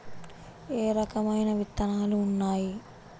ఏ రకమైన విత్తనాలు ఉన్నాయి?